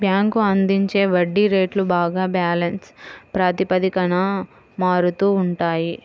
bank అందించే వడ్డీ రేట్లు బ్యాంక్ బ్యాలెన్స్ ప్రాతిపదికన మారుతూ ఉంటాయి